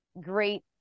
great